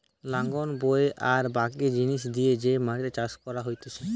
লাঙল বয়ে আর বাকি জিনিস দিয়ে যে মাটিতে চাষ করা হতিছে